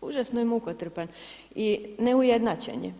užasno je mukotrpan i neujednačen je.